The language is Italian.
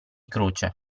croce